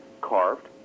carved